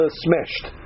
smashed